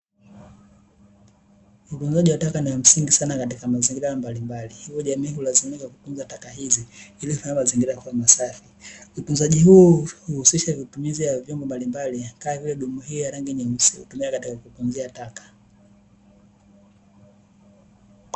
Utunzaji wa taka ni wa msingi sana katika mazingira mbalimbali, hivyo jamii hulazimika kutunza taka hizo, ili kufanya mazingira yawe safi. Utunzaji huu huhusisha matumizi ya vyombo mbalimbali, kama vile dumu hii ya rangi nyeusi, hutumika katika kutunzia taka.